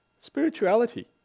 Spirituality